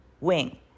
wing